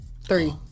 Three